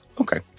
Okay